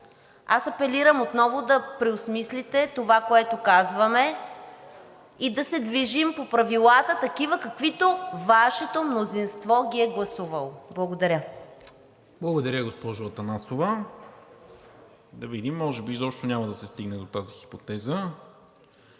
Аз апелирам отново да преосмислите това, което казваме, и да се движим по правилата, такива каквито Вашето мнозинство ги е гласувало. Благодаря. ПРЕДСЕДАТЕЛ НИКОЛА МИНЧЕВ: Благодаря, госпожо Атанасова – да видим, може би изобщо няма да се стигне до тази хипотеза,